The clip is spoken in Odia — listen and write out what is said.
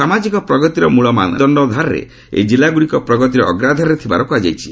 ସାମାଜିକ ପ୍ରଗତିର ମୂଳ ମାନଦଣ୍ଡ ଆଧାରରେ ଏହି କିଲ୍ଲାଗୁଡ଼ିକ ପ୍ରଗତିର ଅଗ୍ରଧାରାରେ ଥିବାର କୁହାଯାଇଛି